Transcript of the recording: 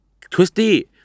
Twisty